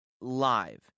live